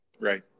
Right